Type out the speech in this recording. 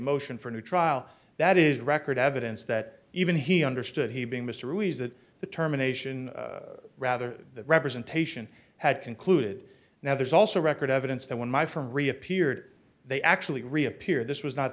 motion for a new trial that is record evidence that even he understood he being mr ruiz that the terminations rather the representation had concluded now there's also record evidence that when my firm reappeared they actually reappear this was not